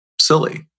silly